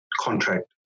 contract